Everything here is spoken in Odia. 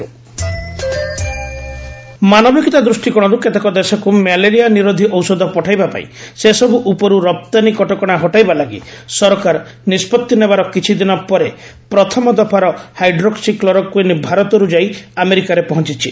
ଇଣ୍ଡିଆ ୟୁଏସ ହାଇଡ୍ରୋକ୍ସି କ୍ଲୋରୋକୁଇନ ମାନବିକତା ଦୃଷ୍ଟି କୋଣରୁ କେତେକ ଦେଶକୁ ମ୍ୟାଲେରିଆ ନିରୋଧୀ ଔଷଧ ପଠାଇବା ପାଇଁ ସେ ସବୁ ଉପରୁ ରପ୍ତାନୀ କଟକଣା ହଟାଇବା ଲାଗି ସରକାର ନିଷ୍ପଭି ନେବାର କିଛିଦିନ ପରେ ପ୍ରଥମ ଦଫାର ହାଇଡ୍ରୋକ୍ସି କ୍ଲୋରୋକୁଇନ୍ ଭାରତରୁ ଯାଇ ଆମେରିକାରେ ପହଞ୍ଚିଛି